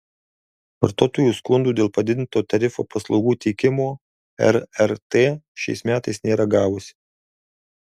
vartotojų skundų dėl padidinto tarifo paslaugų teikimo rrt šiais metais nėra gavusi